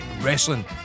wrestling